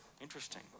Interesting